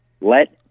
let